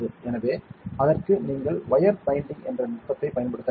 எனவே அதற்கு நீங்கள் வயர் பைண்டிங் என்ற நுட்பத்தைப் பயன்படுத்த வேண்டும்